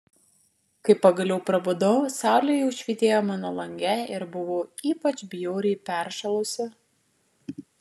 kai pagaliau prabudau saulė jau švytėjo mano lange ir buvau ypač bjauriai peršalusi